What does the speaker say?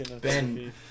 Ben